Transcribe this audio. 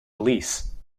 release